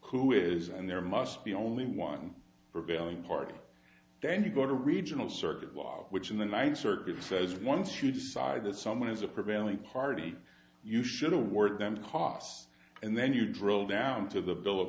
who is and there must be only one prevailing party then you go to regional circuit law which in the ninth circuit says one to decide that someone is a prevailing party you should award them costs and then you drill down to the bill